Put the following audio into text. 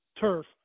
turf